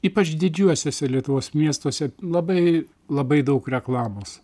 ypač didžiuosiuose lietuvos miestuose labai labai daug reklamos